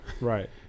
Right